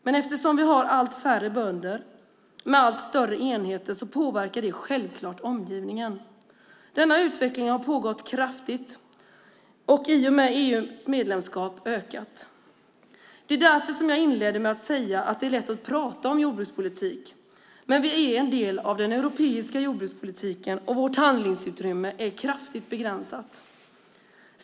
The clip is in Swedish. Men eftersom vi har allt färre bönder med allt större enheter påverkar det självklart omgivningen. Denna utveckling har pågått kraftigt, och i och med EU-medlemskapet har den ökat. Det var därför som jag inledde med att säga att det är lätt att prata om jordbrukspolitik, men vi är en del av den europeiska jordbrukspolitiken, och vårt handlingsutrymme är kraftigt begränsat.